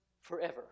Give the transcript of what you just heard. forever